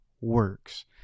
works